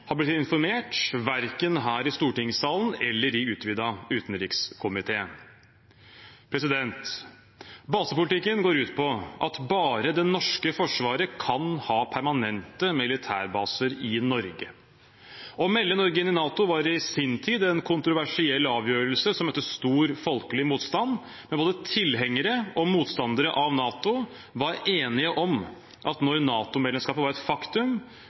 har blitt informert, verken her i stortingssalen eller i den utvidede utenrikskomiteen. Basepolitikken går ut på at bare det norske forsvaret kan ha permanente militærbaser i Norge. Å melde Norge inn i NATO var i sin tid en kontroversiell avgjørelse som møtte stor folkelig motstand, men både tilhengere og motstandere var enige om at når NATO-medlemskapet var et faktum,